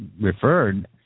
referred